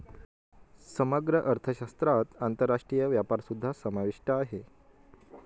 समग्र अर्थशास्त्रात आंतरराष्ट्रीय व्यापारसुद्धा समाविष्ट आहे